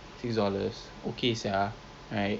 tapi I tengah diet